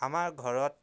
আমাৰ ঘৰত